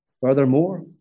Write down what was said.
Furthermore